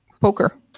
Poker